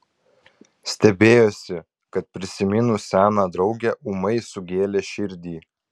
stebėjosi kad prisiminus seną draugę ūmai sugėlė širdį